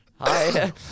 hi